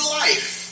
life